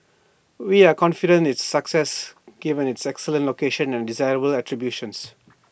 we are confident its success given its excellent location and desirable attributes